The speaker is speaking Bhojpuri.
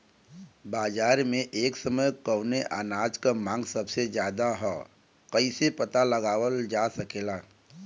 बाजार में एक समय कवने अनाज क मांग सबसे ज्यादा ह कइसे पता लगावल जा सकेला?